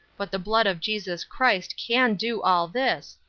but the blood of jesus christ can do all this,